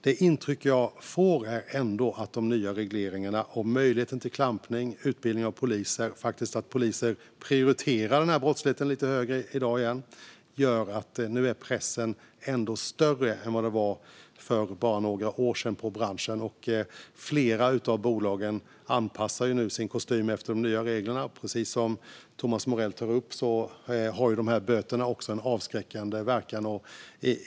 Det intryck jag får är ändå att de nya regleringarna, möjligheten till klampning, utbildningen av poliser och det faktum att polisen i dag åter prioriterar den här brottsligheten lite högre gör att pressen nu är större i branschen än vad den var för bara några år sedan. Flera av bolagen anpassar nu sin kostym efter de nya reglerna. Precis som Thomas Morell tar upp har böterna också en avskräckande verkan.